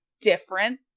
different